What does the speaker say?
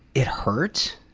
it hurts?